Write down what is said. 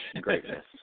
greatness